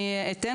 אני אתן